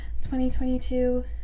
2022